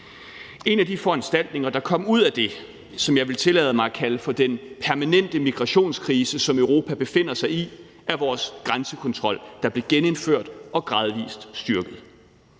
En af de foranstaltninger, der kom ud af det, som jeg vil tillade mig at kalde den permanente migrationskrise, som Europa befinder sig i, er vores grænsekontrol, der blev genindført og gradvis styrket.